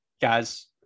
guys